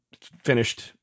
finished